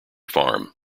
farm